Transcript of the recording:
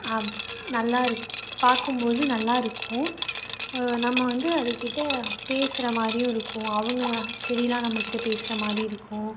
அப் நல்லா இருக்கும் பார்க்கும்போது நல்லா இருக்கும் நம்ம வந்து அதுக்கிட்ட பேசுகிறமாரியும் இருக்கும் அவங்க செடியெலாம் நம்மகிட்ட பேசுகிறமாரி இருக்கும்